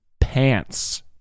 pants